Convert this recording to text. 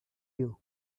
you